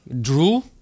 drew